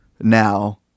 now